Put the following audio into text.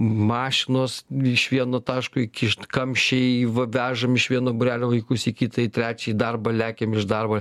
mašinos iš vieno taško įkišt kamščiai v vežam iš vieno būrelio vaikus į kitą į trečią į darbą lekiam iš darbo